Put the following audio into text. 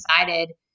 excited